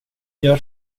gör